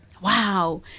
wow